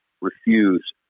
refuse